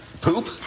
Poop